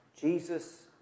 Jesus